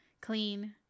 clean